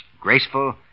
graceful